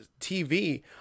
TV